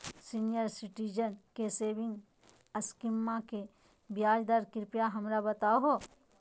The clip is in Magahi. सीनियर सिटीजन के सेविंग स्कीमवा के ब्याज दर कृपया हमरा बताहो